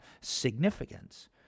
significance